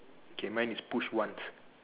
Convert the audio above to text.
okay mine is push once